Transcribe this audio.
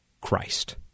Christ